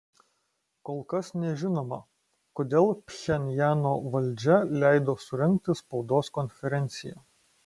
kol kas nežinoma kodėl pchenjano valdžia leido surengti spaudos konferenciją